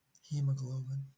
hemoglobin